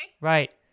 Right